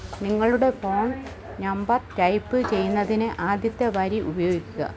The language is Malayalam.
നിങ്ങളുടെ ഫോൺ നമ്പർ ടൈപ്പ് ചെയ്യുന്നതിന് ആദ്യത്തെ വരി ഉപയോഗിക്കുക